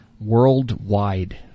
Worldwide